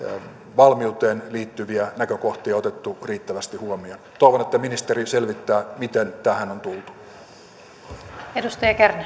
valmiuteen liittyviä näkökohtia otettu riittävästi huomioon toivon että ministeri selvittää miten tähän on tultu arvoisa